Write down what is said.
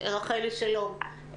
רחלי, שלום.